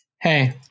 hey